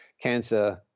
Cancer